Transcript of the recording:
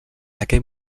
aquell